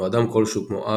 או אדם כלשהו כמו אב,